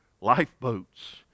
lifeboats